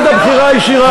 בנימין נתניהו חתם עליו.